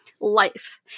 life